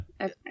okay